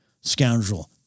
Scoundrel